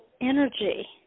energy